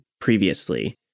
previously